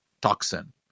toxin